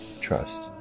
Trust